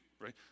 right